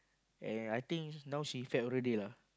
and I think now she fat already lah